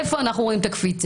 איפה אנחנו רואים את הקפיצה?